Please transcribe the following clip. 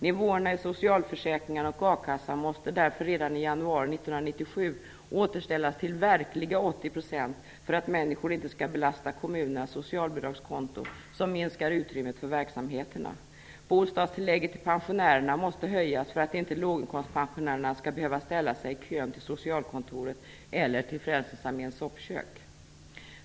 Nivåerna i socialförsäkringarna och a-kassan måste därför redan i januari 1997 återställas till verkliga 80 % för att människor inte skall belasta kommunernas socialbidragskonto, något som minskar utrymmet för verksamheterna. Bostadstillägget till pensionärerna måste höjas för att inte låginkomstpensionärerna skall behöva köa till socialkontoren eller till Frälsningsarméns soppkök.